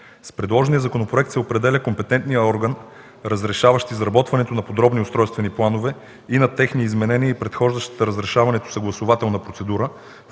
С предложения законопроект се определя компетентният орган, разрешаващ изработването на подробни устройствени планове и на техни изменения, и предхождащата разрешаването съгласувателна процедура,